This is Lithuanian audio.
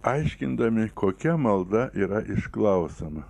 aiškindami kokia malda yra išklausoma